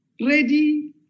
ready